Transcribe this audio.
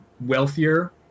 wealthier